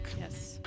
Yes